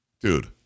Dude